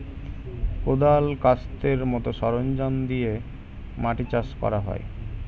কোদাল, কাস্তের মত সরঞ্জাম দিয়ে মাটি চাষ করা হয়